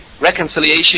reconciliation